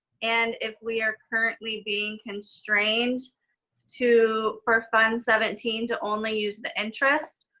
and if we are currently being constrained to for fund seventeen to only use the interest,